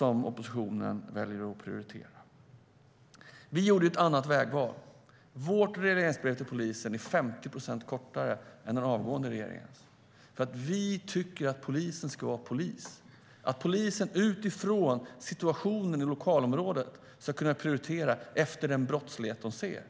oppositionen väljer att prioritera så mycket annat? Vi gjorde ett annat vägval. Vårt regleringsbrev till polisen är 50 procent kortare än den förra regeringens. Vi tycker att polisen ska vara polis och att polisen utifrån situationen i lokalområdet ska kunna prioritera efter den brottslighet de ser.